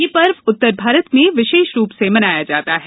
ये पर्व उत्तरभारत में विशेरू रूप से मनाया जाता है